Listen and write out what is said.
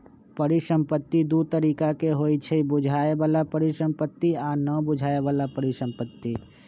परिसंपत्ति दु तरिका के होइ छइ बुझाय बला परिसंपत्ति आ न बुझाए बला परिसंपत्ति